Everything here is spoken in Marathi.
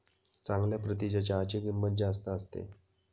चांगल्या प्रतीच्या चहाची किंमत जास्त असते